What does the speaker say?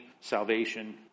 salvation